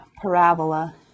parabola